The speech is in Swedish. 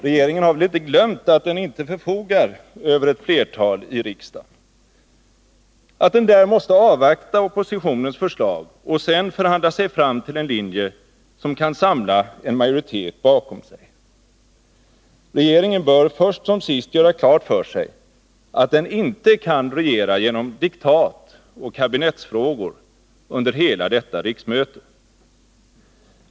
Regeringen har väl inte glömt att den inte förfogar över ett flertal i riksdagen, att den där måste avvakta oppositionens förslag och sedan förhandla sig fram till en linje, som kan samla en majoritet bakom sig? Regeringen bör först som sist göra klart för sig att den inte kan regera genom diktat och kabinettsfrågor under hela detta riksmöte.